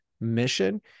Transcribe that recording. mission